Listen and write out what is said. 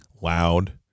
loud